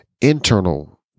internal